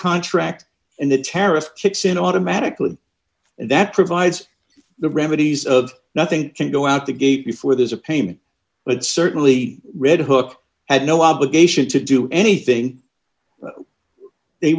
contract and the tariff kicks in automatically and that provides the remedies of nothing can go out the gate before there's a payment but certainly red hook had no obligation to do anything they